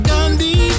Gandhi